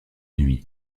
nuits